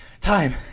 Time